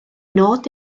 nod